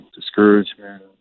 discouragement